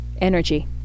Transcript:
energy